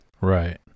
Right